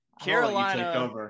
Carolina